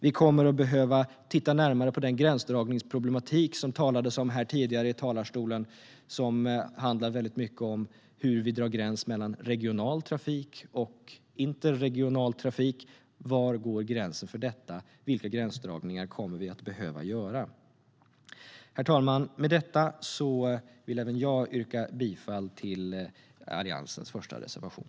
Vi kommer att behöva titta närmare på den gränsdragningsproblematik som det talades om här i talarstolen tidigare. Det handlar till stor del om hur vi drar en gräns mellan regional trafik och interregional trafik. Var går gränsen för det? Vilka gränsdragningar kommer vi att behöva göra? Herr talman! Med detta vill även jag yrka bifall till Alliansens första reservation.